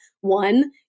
one